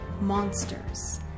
monsters